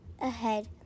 ahead